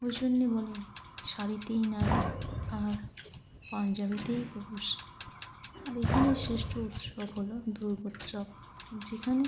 ওই জন্য বলে শাড়িতেই নারী আর পাঞ্জাবিতেই পুরুষ আর এখানের শ্রেষ্ঠ উৎসব হল দুর্গোৎসব যেখানে